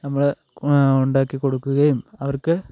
നമ്മൾ ഉണ്ടാക്കി കൊടുക്കുകയും അവർക്ക്